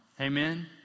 Amen